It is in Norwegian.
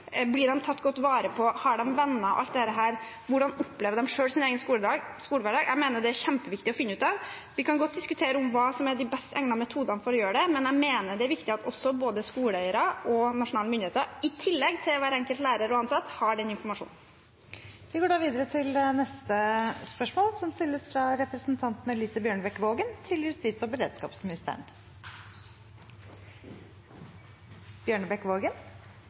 blir de tatt godt vare på, har de venner, hvordan opplever de selv sin egen skolehverdag – alt dette. Jeg mener det er kjempeviktig å finne ut av. Vi kan godt diskutere hva som er de best egnede metodene for å gjøre det, men jeg mener det er viktig at både skoleeiere og nasjonale myndigheter, i tillegg til hver enkelt lærer og ansatt, har den informasjonen. «Den siste uken har mediene satt søkelys på den alvorlige ressursmangelen hos politijuristene. Det videreformidles uholdbare forhold og